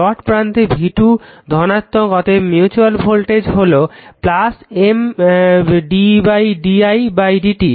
dot প্রান্তে v2 ধনাত্মক অতএব মিউচুয়াল ভোল্টেজ হলো M d I d i1 dt